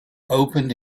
opened